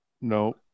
no